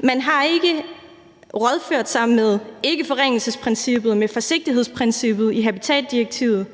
man har ikke rådført sig i forhold til ikkeforringelsesprincippet og forsigtighedsprincippet i habitatdirektivet.